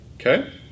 Okay